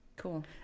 Cool